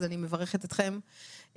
אז אני מברכת אתכם,